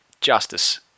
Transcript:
justice